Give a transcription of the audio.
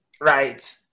right